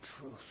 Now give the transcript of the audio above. truth